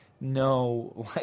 no